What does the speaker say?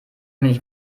wenig